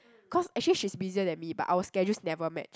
cause actually she's busier than me but our schedules never matched